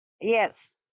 Yes